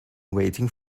waiting